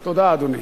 תודה, אדוני.